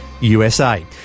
USA